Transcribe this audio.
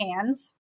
hands